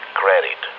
credit